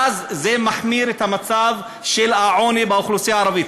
ואז, זה מחמיר את מצב העוני באוכלוסייה הערבית.